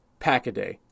Packaday